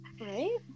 Right